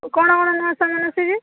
କ'ଣ କ'ଣ ନୂଆ ସାମାନ ଆସିଛି